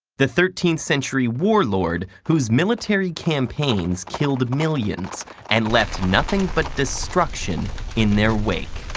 the thirteenth century warlord whose military campaigns killed millions and left nothing but destruction in their wake.